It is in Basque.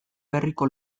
berriko